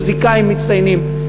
הם מוזיקאים מצטיינים,